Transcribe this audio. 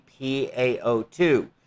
PaO2